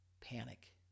panic